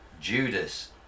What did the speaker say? Judas